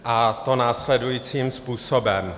a to následujícím způsobem.